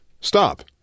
Stop